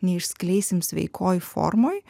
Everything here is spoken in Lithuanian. neišskleisim sveikoj formoj